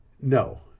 no